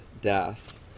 death